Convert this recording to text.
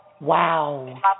Wow